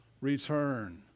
return